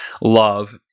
love